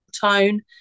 tone